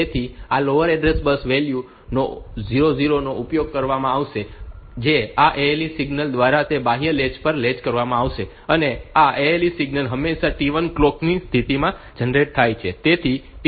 તેથી આ lower order address bus value 00 નો ઉપયોગ કરવામાં આવશે જે આ ALE સિગ્નલ દ્વારા તે બાહ્ય લેચ પર લૅચ કરવામાં આવશે અને આ ALE સિગ્નલ હંમેશા T1 કલોક ની સ્થિતિમાં જનરેટ થાય છે